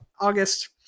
august